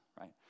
right